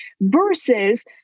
versus